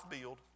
build